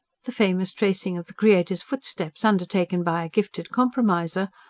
the famous tracing of the creator's footsteps, undertaken by a gifted compromiser,